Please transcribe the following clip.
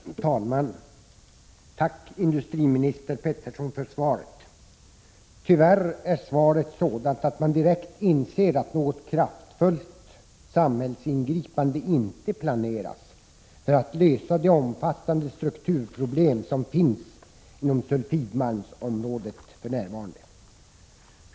Herr talman! Tack, industriminister Peterson, för svaret. Tyvärr är svaret sådant att man direkt inser att något kraftfullt samhällsingripande inte planeras för att lösa de omfattande strukturproblem som finns inom sulfidmalmsområdet för närvarande.